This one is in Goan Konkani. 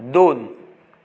दोन